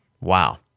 Wow